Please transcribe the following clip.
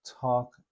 talk